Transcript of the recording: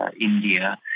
India